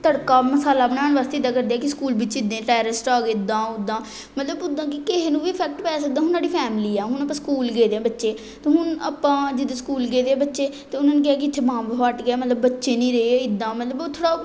ਤੜਕਾ ਮਸਾਲਾ ਬਣਾਉਣ ਵਾਸਤੇ ਇੱਦਾਂ ਕਰਦੇ ਕਿ ਸਕੂਲ ਵਿੱਚ ਇੰਨੇ ਟੈਰਿਸਟ ਆ ਗਏ ਇੱਦਾਂ ਉੱਦਾਂ ਮਤਲਬ ਉੱਦਾਂ ਕਿ ਕਿਸੇ ਨੂੰ ਵੀ ਇਫੈਕਟ ਪੈ ਸਕਦਾ ਹੁਣ ਸਾਡੀ ਫੈਮਲੀ ਆ ਹੁਣ ਆਪਾਂ ਸਕੂਲ ਗਏ ਦੇ ਬੱਚੇ ਅਤੇ ਹੁਣ ਆਪਾਂ ਜਦੋਂ ਸਕੂਲ ਗਏ ਦੇ ਬੱਚੇ ਅਤੇ ਉਹਨਾਂ ਨੇ ਕਿਹਾ ਕਿ ਇੱਥੇ ਬੰਬ ਫੱਟ ਗਿਆ ਮਤਲਬ ਬੱਚੇ ਨਹੀਂ ਰਹੇ ਇੱਦਾਂ ਮਤਲਬ ਉਹ ਥੋੜ੍ਹਾ